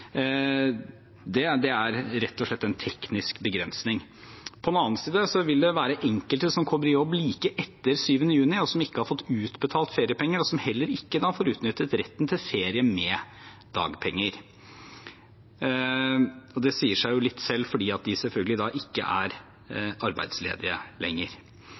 Det er rett og slett en teknisk begrensning. På den annen side vil det være enkelte som kommer i jobb like etter 7. juni, og som ikke har fått utbetalt feriepenger, og som heller ikke da får utnyttet retten til ferie med dagpenger. Det sier seg jo litt selv, fordi de selvfølgelig da ikke er arbeidsledige lenger.